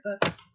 books